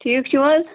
ٹھیٖک چھُو حظ